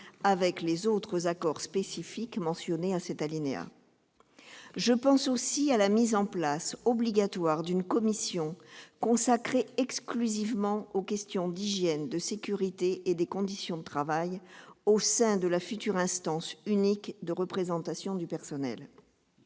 avec les autres accords spécifiques mentionnés à cet alinéa. Je pense aussi à la mise en place obligatoire d'une commission exclusivement consacrée aux questions d'hygiène, de sécurité et de conditions de travail au sein de la future instance unique de représentation du personnel.